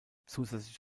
zusätzlich